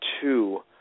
two